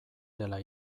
dela